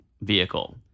vehicle